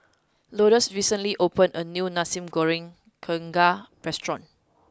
Lourdes recently opened a new Nasi Goreng Kerang restaurant